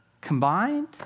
combined